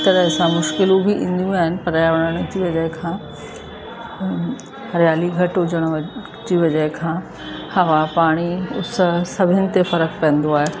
तरह सां मुश्किलूं बि ईंदियूं आहिनि पर्यावरण जी वजह खां हरियाली घटि हुजण जी वजह खां हवा पाणी उस सभिनि ते फ़र्क़ु पवंदो आहे